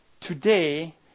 today